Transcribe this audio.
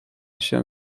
się